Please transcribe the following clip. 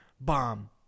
bomb